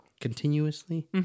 continuously